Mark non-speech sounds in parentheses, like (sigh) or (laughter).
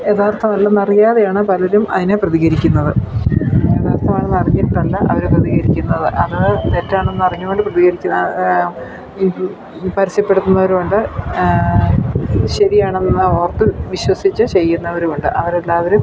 യഥാർത്ഥം (unintelligible) അറിയാതെയാണ് പലരും അതിനെ പ്രതികരിക്കുന്നത് യഥാർത്ഥമാണെന്ന് അറിഞ്ഞിട്ടല്ല അവർ പ്രതികരിക്കുന്നത് അത് തെറ്റാണോ എന്നറിഞ്ഞു കൊണ്ട് പ്രതികരിച്ചു ആ ഇത് പരസ്യപ്പെടുത്തുന്നവർ ഉണ്ട് ശരിയാണെന്ന് ഓർത്തു വിശ്വസിച്ചു ചെയ്യുന്നവരും ഉണ്ട് അവർ എല്ലാവരും